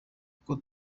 kuko